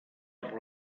per